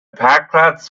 parkplatz